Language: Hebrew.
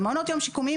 על מעונות יום שיקומיים,